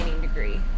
degree